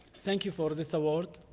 thank you for this award.